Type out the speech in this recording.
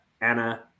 Anna